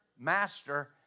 master